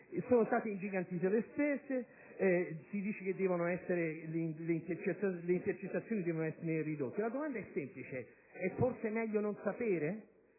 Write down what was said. Sono state ingigantite le spese e si dice che le intercettazioni devono essere ridotte. La domanda è semplice: è forse meglio non sapere?